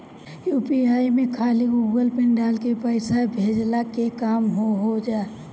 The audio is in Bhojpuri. यू.पी.आई में खाली गूगल पिन डाल के पईसा भेजला के काम हो होजा